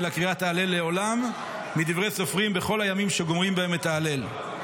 אלא קריאת ההלל לעולם מדברי סופרים בכל הימים שגומרים בהם את ההלל.